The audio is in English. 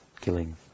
killing